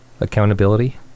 accountability